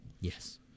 Yes